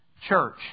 church